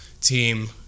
team